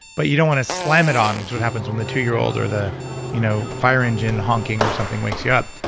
but you don't want to slam it on, which is what happens when the two year-old or the you know fire engine honking or something wakes you up.